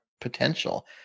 potential